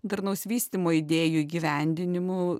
darnaus vystymo idėjų įgyvendinimu